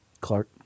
Clark